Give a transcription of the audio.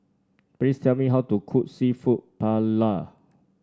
please tell me how to cook seafood Paella